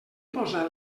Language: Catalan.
posa